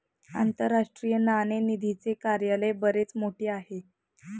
आंतरराष्ट्रीय नाणेनिधीचे कार्यालय बरेच मोठे आहे